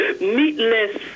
meatless